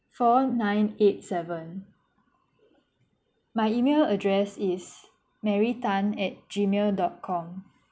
four nine eight seven my email address is mary tan at gmail dot com